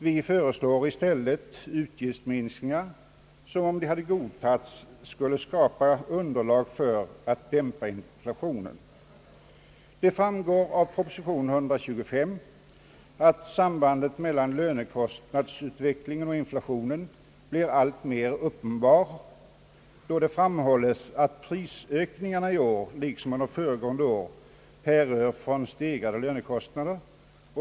Vi föreslår i stället utgiftsminskningar som, om de hade godtagits, skulle skapat underlag för att dämpa inflationen. Det framgår av proposition 125 att sambandet mellan lönekostnadernas utveckling och inflationen blir alltmer uppenbar, då det framhålles att prisökningarna i år liksom under föregående år härrör från stegrade lönekostnader.